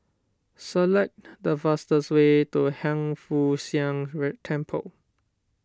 select the fastest way to Hiang Foo Siang Temple